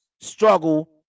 struggle